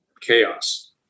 chaos